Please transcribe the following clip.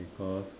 because